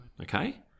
okay